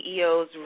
CEOs